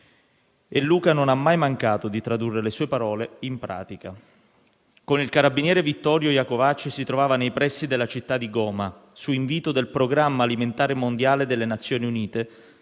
Luca non ha mai mancato di tradurre le sue parole in pratica. Con il carabiniere Vittorio Iacovacci si trovava nei pressi della città di Goma, su invito del Programma alimentare mondiale delle Nazioni Unite,